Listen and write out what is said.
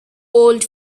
old